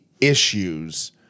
issues